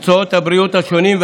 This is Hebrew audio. מקצועות הבריאות השונים,